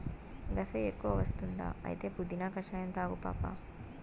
గస ఎక్కువ వస్తుందా అయితే పుదీనా కషాయం తాగు పాపా